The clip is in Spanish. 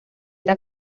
era